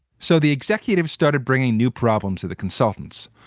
so the executive started bringing new problems to the consultants,